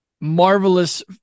marvelous